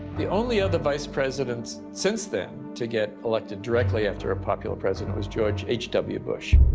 the only other vice president since then to get elected directly after a popular president was george h w. bush,